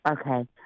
Okay